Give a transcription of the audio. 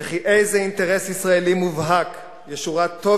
וכי איזה אינטרס ישראלי מובהק ישורת טוב